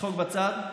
צחוק בצד.